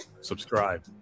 subscribe